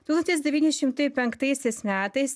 tūkstantis devyni šimtai penktaisiais metais